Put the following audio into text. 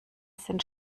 sind